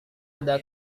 ada